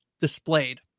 displayed